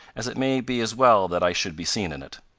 as it may be as well that i should be seen in it.